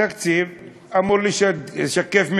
תקציב אמור לשקף מדיניות,